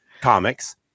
comics